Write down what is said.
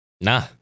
Nah